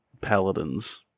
paladins